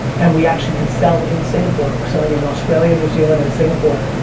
and we actually can sell in singapore. we're selling in australia, new zealand, and singapore,